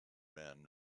men